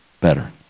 better